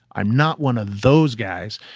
i'm not one of those guys,